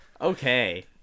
Okay